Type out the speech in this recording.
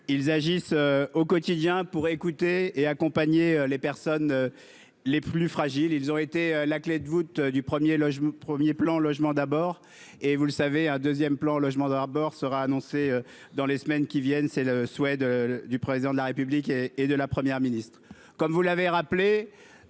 Ils agissent au quotidien pour écouter et accompagner les personnes. Les plus fragiles, ils auraient été la clé de voûte du 1er logement premier plan logement d'abord. Et vous le savez un deuxième plan logement d'Arbor sera annoncée dans les semaines qui viennent, c'est le souhait de du président de la République et et de la Première ministre,